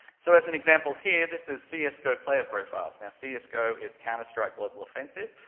so as an example here, this is cs go player profiles, now cs go is counter-strike global offensive,